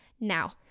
Now